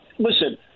Listen